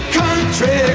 country